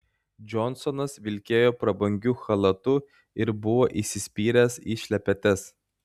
džonsonas vilkėjo prabangiu chalatu ir buvo įsispyręs į šlepetes